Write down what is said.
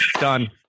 done